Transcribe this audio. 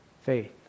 Faith